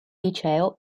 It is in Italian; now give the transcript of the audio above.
liceo